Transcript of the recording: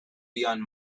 beyond